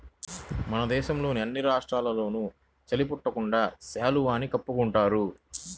మన దేశంలోని అన్ని రాష్ట్రాల్లోనూ చలి పుట్టకుండా శాలువాని కప్పుకుంటున్నారు